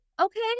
okay